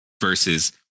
versus